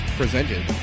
presented